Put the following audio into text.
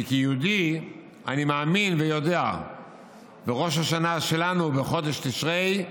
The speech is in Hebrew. כי כיהודי אני מאמין ויודע שראש השנה שלנו הוא בחודש תשרי,